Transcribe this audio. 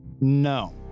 No